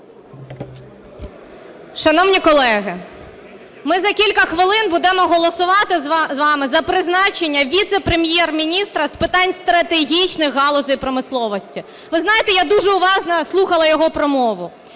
Шановні колеги, ми за кілька хвилин будемо голосувати з вами за призначення віце-прем'єр-міністра з питань стратегічних галузей промисловості. Ви знаєте, я дуже уважно слухала його промову.